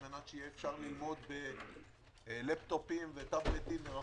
כדי שאפשר יהיה ללמוד בלפטופים וטאבלטים מרחוק.